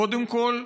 קודם כול,